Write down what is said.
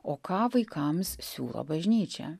o ką vaikams siūlo bažnyčia